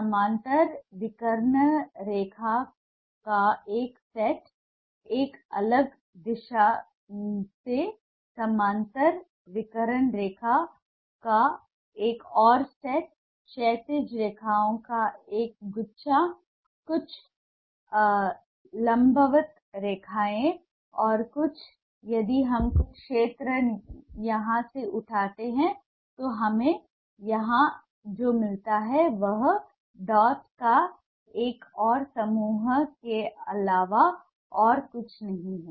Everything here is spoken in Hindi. समांतर विकर्ण रेखा का एक सेट एक अलग दिशा से समांतर विकर्ण रेखा का एक और सेट क्षैतिज रेखाओं का एक गुच्छा कुछ लंबवत रेखाएँ और फिर यदि हम कुछ क्षेत्र यहाँ से उठाते हैं तो हमें यहाँ जो मिलता है वह डॉट्स के एक और समूह के अलावा और कुछ नहीं है